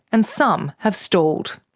and some have stalled.